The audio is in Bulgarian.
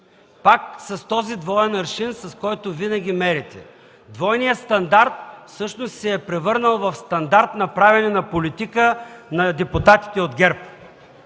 пак с този двоен аршин, с който винаги мерите! Двойният стандарт всъщност се е превърнал в стандарт на правене на политика на депутатите от ГЕРБ.